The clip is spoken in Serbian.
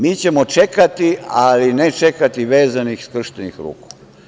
Mi ćemo čekati, ali ne čekati vezanih i skrštenih ruku.